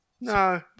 No